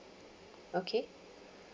okay